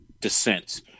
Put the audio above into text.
descent